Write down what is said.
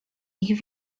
ich